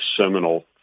seminal